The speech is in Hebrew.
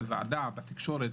בוועדה ובתקשורת,